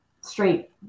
straight